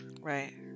Right